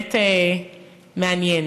באמת מעניין.